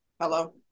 Hello